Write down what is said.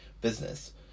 business